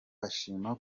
ashima